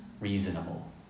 reasonable